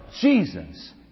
Jesus